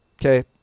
Okay